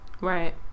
Right